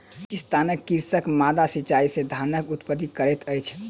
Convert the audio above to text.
बलुचिस्तानक कृषक माद्दा सिचाई से धानक उत्पत्ति करैत अछि